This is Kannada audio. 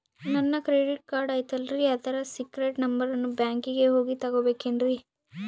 ನನ್ನ ಕ್ರೆಡಿಟ್ ಕಾರ್ಡ್ ಐತಲ್ರೇ ಅದರ ಸೇಕ್ರೇಟ್ ನಂಬರನ್ನು ಬ್ಯಾಂಕಿಗೆ ಹೋಗಿ ತಗೋಬೇಕಿನ್ರಿ?